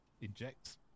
inject